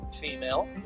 Female